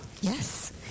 Yes